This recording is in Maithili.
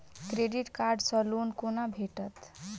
क्रेडिट कार्ड सँ लोन कोना भेटत?